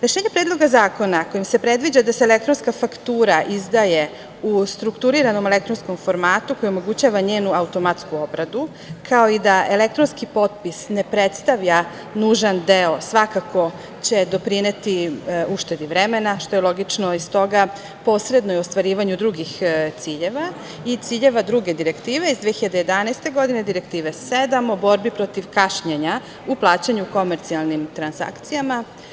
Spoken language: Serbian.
Rešenje Predloga zakona kojim se predviđa da se elektronska faktura izdaje u strukturiranom elektronskom formatu koji omogućava njenu automatsku obradu, kao i da elektronski potpis ne predstavlja nužan deo, svakako će doprineti uštedi vremena, što je logično i stoga posredno je ostvarivanju drugih ciljeva i ciljeva druge direktive iz 2011. godine, Direktive 7 o borbi protiv kašnjenja u plaćanju u komercijalnim transakcijama.